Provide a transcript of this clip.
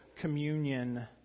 communion